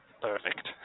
Perfect